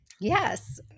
Yes